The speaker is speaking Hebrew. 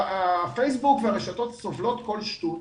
הפייסבוק והרשתות סובלות כל שטות,